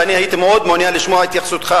ואני הייתי מאוד מעוניין לשמוע את התייחסותך